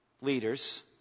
leaders